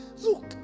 look